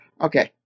Okay